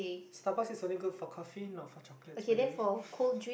Starbucks is only good for coffee not for chocolates by the way